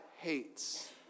hates